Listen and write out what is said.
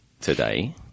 today